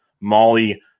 Molly